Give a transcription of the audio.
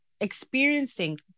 experiencing